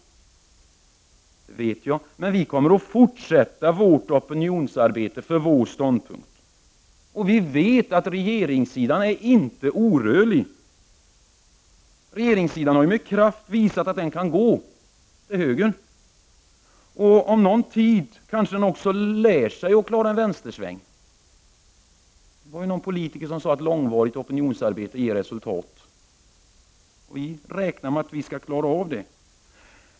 Det vet jag. Men vi kommer att fortsätta vårt opinionsarbete för vår ståndpunkt. Och vi vet att regeringssidan inte är orörlig. Den har ju med kraft visat att den kan gå — till höger. Om någon tid kanske den också lär sig att klara en vänstersväng. Det var någon politiker som sade att långvarigt opinionsarbete ger resultat. Vi räknar med att vi skall klara av det.